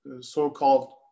so-called